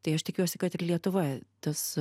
tai aš tikiuosi kad ir lietuvoje tas